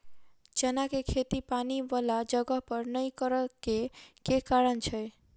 चना केँ खेती पानि वला जगह पर नै करऽ केँ के कारण छै?